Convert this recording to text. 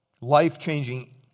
life-changing